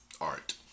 art